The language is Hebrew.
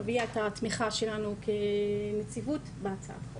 נביע את התמיכה שלנו כנציבות בהצעה.